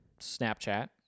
Snapchat